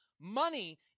money